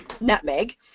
nutmeg